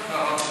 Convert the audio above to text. מירב.